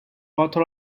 author